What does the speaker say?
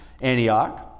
Antioch